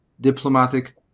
diplomatic